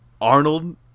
Arnold